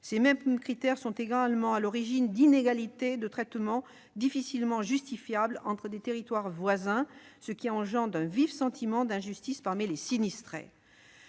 Ces mêmes critères sont également à l'origine d'inégalités de traitement difficilement justifiables entre des territoires voisins, qui engendrent un vif sentiment d'injustice parmi les sinistrés.